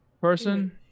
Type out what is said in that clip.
person